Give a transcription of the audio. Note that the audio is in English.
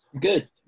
good